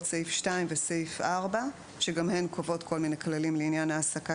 סעיפים 2 ו־4 ,לא יתווך אדם להעסקה